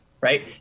right